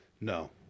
No